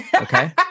okay